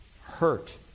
hurt